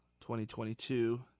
2022